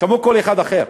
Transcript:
כמו כל אחד אחר.